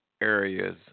Areas